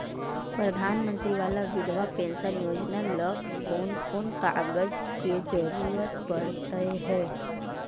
प्रधानमंत्री बाला बिधवा पेंसन योजना ल कोन कोन कागज के जरुरत पड़ है?